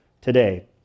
today